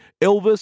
Elvis